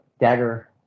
dagger